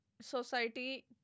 society